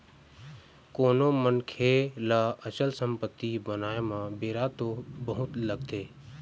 कोनो मनखे ल अचल संपत्ति बनाय म बेरा तो बहुत लगथे